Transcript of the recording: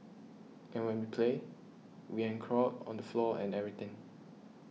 and when we play we and crawl on the floor and everything